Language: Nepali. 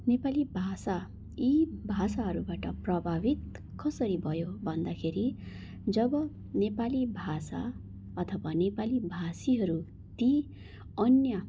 नेपाली भाषा यी भाषाहरूबाट प्रभावित कसरी भयो भन्दाखेरि जब नेपाली भाषा अथवा नेपाली भाषीहरू ती अन्य